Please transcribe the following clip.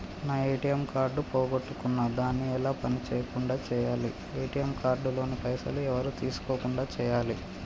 నా ATM card పోగొట్టుకున్నా దాన్ని ఎలా పని చేయకుండా చేయాలి ఏ.టి.ఎమ్ కార్డు లోని పైసలు ఎవరు తీసుకోకుండా చేయాలి?